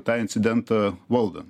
tą incidentą valdan